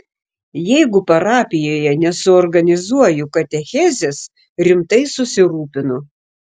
jeigu parapijoje nesuorganizuoju katechezės rimtai susirūpinu